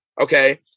okay